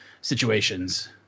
situations